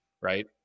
right